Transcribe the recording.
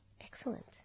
Excellent